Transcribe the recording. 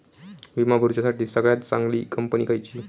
विमा भरुच्यासाठी सगळयात चागंली कंपनी खयची?